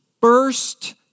burst